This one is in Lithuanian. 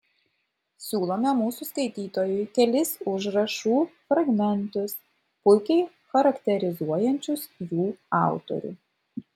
siūlome mūsų skaitytojui kelis užrašų fragmentus puikiai charakterizuojančius jų autorių